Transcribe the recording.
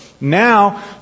Now